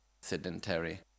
sedentary